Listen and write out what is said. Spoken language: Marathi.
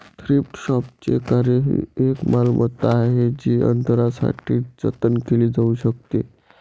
थ्रिफ्ट शॉपचे कार्य ही एक मालमत्ता आहे जी नंतरसाठी जतन केली जाऊ शकते